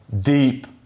deep